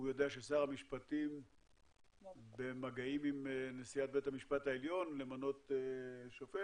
יודע ששר המשפטים במגעים עם נשיאת בית המשפט העליון למנות שופט,